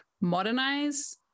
modernize